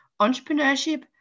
entrepreneurship